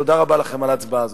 תודה רבה לכם על ההצבעה הזאת.